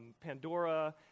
Pandora